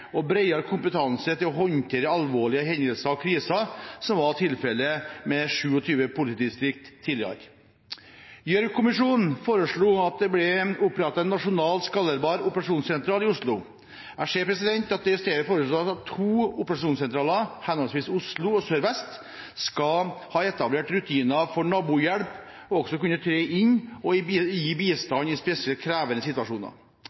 og bredere kompetanse til å håndtere alvorlige hendelser og kriser enn hva som var tilfellet med 27 politidistrikter tidligere. Gjørv-kommisjonen foreslo at det ble opprettet en nasjonal skalerbar operasjonssentral i Oslo. Jeg ser at det i stedet foreslås at to operasjonssentraler, henholdsvis Oslo og Sør-Vest, skal ha etablert rutiner for «nabohjelp» og også kunne tre inn og gi bistand i spesielt krevende situasjoner.